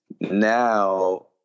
Now